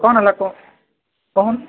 କ'ଣ ହେଲା କହ କହୁନୁ